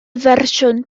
fersiwn